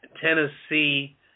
Tennessee